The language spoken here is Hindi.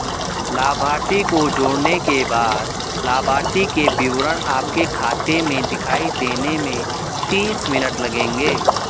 लाभार्थी को जोड़ने के बाद लाभार्थी के विवरण आपके खाते में दिखाई देने में तीस मिनट लगेंगे